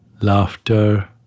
laughter